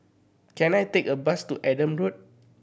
can I take a bus to Adam Road